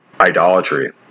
idolatry